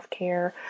healthcare